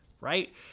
right